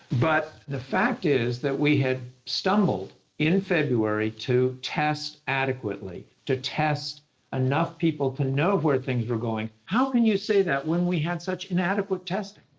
but the fact is that we had stumbled in february to test adequately, to test enough people to know where things were going. how can you say that when we had such inadequate testing?